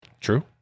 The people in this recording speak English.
true